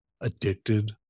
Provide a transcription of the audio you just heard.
addicted